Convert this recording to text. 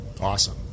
Awesome